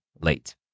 late